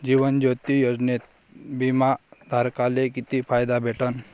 जीवन ज्योती योजनेत बिमा धारकाले किती फायदा भेटन?